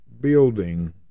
building